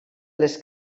les